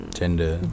gender